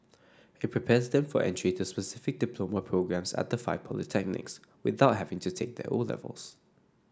it prepares them for entry to specific diploma programmes at five polytechnics without having to take their O levels